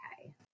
okay